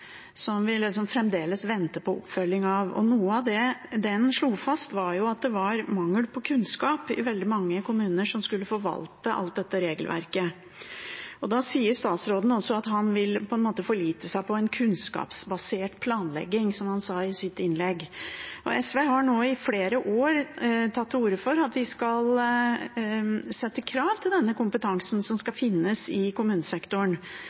var mangel på kunnskap i veldig mange kommuner som skulle forvalte alt dette regelverket. Statsråden sa i sitt innlegg at han vil forlite seg på en kunnskapsbasert planlegging. SV har i flere år tatt til orde for at vi skal sette krav til denne kompetansen som skal finnes i kommunesektoren,